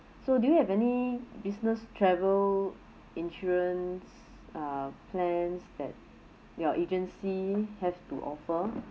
so do you have any business travel insurance uh plans that your agency have to offer